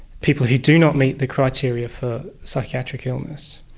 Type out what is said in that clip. people who do not meet the criteria for psychiatric illness.